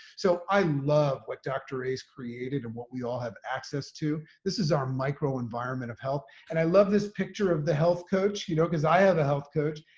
so i love what dr. a's created and what we all have access to. this is our microenvironment of health. and i love this picture of the health coach, you know, because i have a health coach.